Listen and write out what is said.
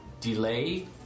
delay